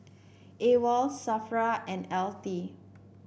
AWOL Safra and L T